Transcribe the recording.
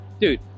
dude